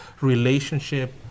relationship